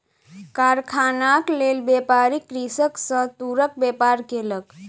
कारखानाक लेल, व्यापारी कृषक सॅ तूरक व्यापार केलक